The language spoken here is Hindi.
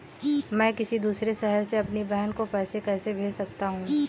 मैं किसी दूसरे शहर से अपनी बहन को पैसे कैसे भेज सकता हूँ?